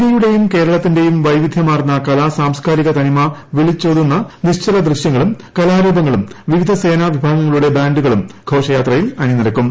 ഇന്ത്യയുടേയും കേരളത്തിന്റെയും വൈവിധ്യമാർന്ന കലാ സാംസ്കാരിക തനിമ വിളിച്ചോതുന്ന നിശ്ചല ദൃശ്യങ്ങളും കലാരൂപങ്ങളും വിവിധ സേനാവിഭാഗങ്ങളുടെ ബാൻഡുകളും ഘോഷയാത്രയിൽ അണിനിരക്കും